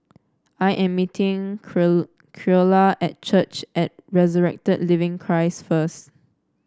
I am meeting Creola at Church at Resurrected Living Christ first